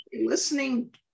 listening